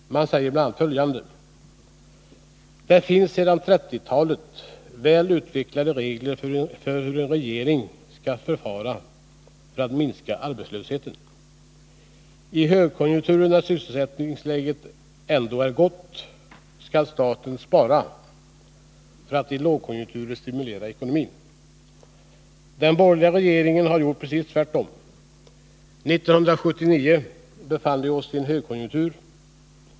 Man säger bl.n;: ”Det finns sedan trettiotalet väl utvecklade regler för hur en regering skall förfara för att minska arbetslösheten. I högkonjunkturer när sysselsättningsläget är gott ändå skall staten spara för att, i lågkonjunkturer, stimulera ekonomin. Den borgerliga regeringen har gjort precis tvärtom. 1979 befann vi oss i en högkonjunktur.